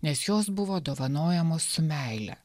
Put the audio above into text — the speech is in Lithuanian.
nes jos buvo dovanojamos su meile